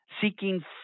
seeking